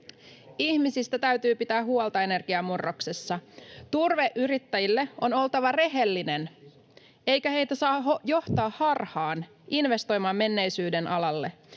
Ihmisistä täytyy pitää huolta energiamurroksessa. Turveyrittäjille on oltava rehellinen, eikä heitä saa johtaa harhaan investoimaan menneisyyden alalle.